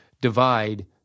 divide